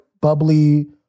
bubbly